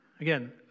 Again